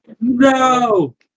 No